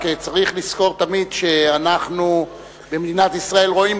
רק צריך תמיד לזכור שאנחנו במדינת ישראל רואים